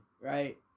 right